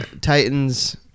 Titans